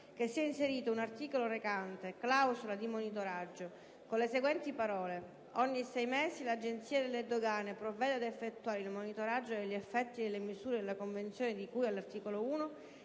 che sia inserito un articolo recante: "Clausola di monitoraggio" con le seguenti parole: